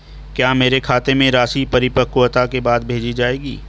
क्या मेरे खाते में राशि परिपक्वता के बाद भेजी जाएगी?